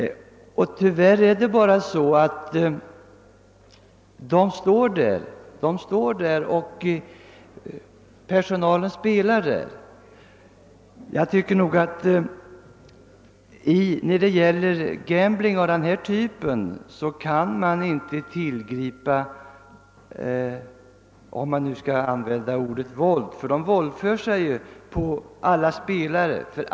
Tyvärr är det bara så att apparaterna står där och personalen spelar. Mot denna typ av gambling kan man nog inte tillgripa för stort våld — i själva verket våldför sig apparaterna på alla spelare.